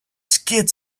skid